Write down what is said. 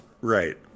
Right